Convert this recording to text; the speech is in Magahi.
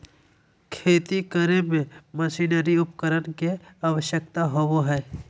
खेती करे में मशीनरी उपकरण के आवश्यकता होबो हइ